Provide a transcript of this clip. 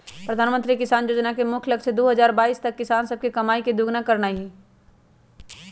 प्रधानमंत्री किसान जोजना के मुख्य लक्ष्य दू हजार बाइस तक किसान सभके कमाइ के दुगुन्ना करनाइ हइ